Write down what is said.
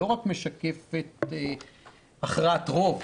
לא משקפת רק הכרעת רוב.